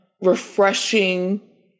refreshing